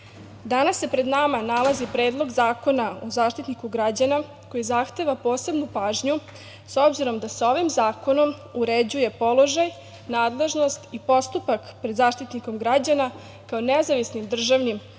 danas se pred nama nalazi Predlog zakona o Zaštitniku građana, koji zahteva posebnu pažnju, s obzirom da se ovim zakonom uređuje položaj, nadležnost i postupak pred Zaštitnikom građana kao nezavisnim državnim organom